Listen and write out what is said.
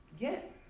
get